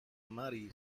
mary